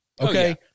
Okay